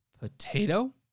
Potato